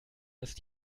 ist